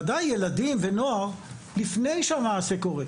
ודאי ילדים ונוער לפני שהמעשה קורה.